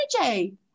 energy